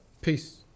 Peace